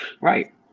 right